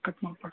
cut ಮಾಡಬೇಡ